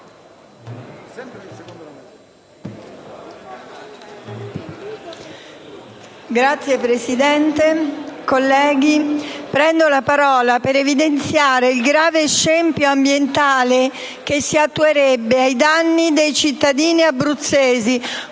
Presidente, colleghi, prendo la parola per evidenziare il grave scempio ambientale che si attuerebbe ai danni dei cittadini abruzzesi,